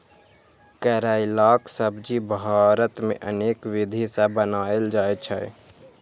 करैलाक सब्जी भारत मे अनेक विधि सं बनाएल जाइ छै